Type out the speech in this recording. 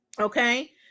Okay